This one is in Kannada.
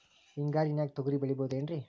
ಹಿಂಗಾರಿನ್ಯಾಗ ತೊಗ್ರಿ ಬೆಳಿಬೊದೇನ್ರೇ?